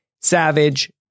Savage